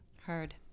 heard